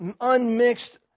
unmixed